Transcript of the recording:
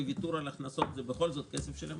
וויתור על הכנסות הוא בכל זאת כסף של המדינה,